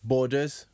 Borders